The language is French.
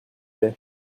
lait